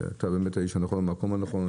אתה באמת האיש הנכון במקום הנכון,